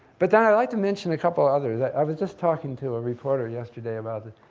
but then, i'd like to mention a couple others. i was just talking to a reporter yesterday about it.